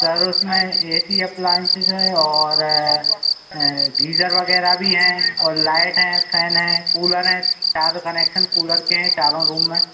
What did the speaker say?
sir उसमें A C appliances है और गीजर वगैरह भी हैं और लाइट हैं फैन हैं कूलर हैं चार कनेक्सन कूलर के हैं चारों रूम में